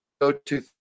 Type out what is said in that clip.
go-to